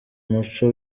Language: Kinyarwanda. muco